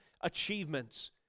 achievements